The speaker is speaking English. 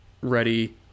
ready